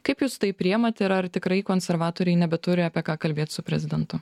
kaip jūs tai priimat ir ar tikrai konservatoriai nebeturi apie ką kalbėt su prezidentu